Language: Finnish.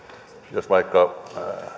jos vaikka